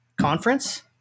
conference